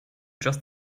just